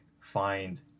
find